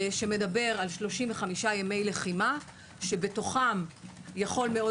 מדובר על 35 ימי לחימה שבתוכם יכול מאוד